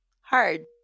hard